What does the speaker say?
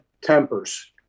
tempers